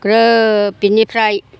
ग्रोब बिनिफ्राय